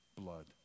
blood